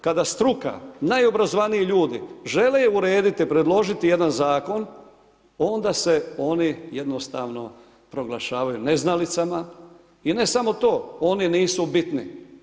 Kada struka, najobrazovaniji ljudi žele urediti, predložiti jedan zakon, onda se oni jednostavno proglašavaju neznalicama i ne samo to, oni nisu bitni.